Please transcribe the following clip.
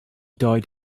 died